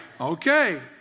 Okay